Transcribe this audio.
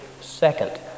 second